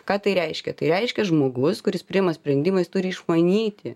ką tai reiškia tai reiškia žmogus kuris priima sprendimą jis turi išmanyti